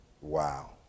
Wow